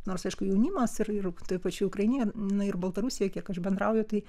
nors aišku jaunimas ir ir toj pačioj ukrainoj ir baltarusijoj kiek aš bendrauju tai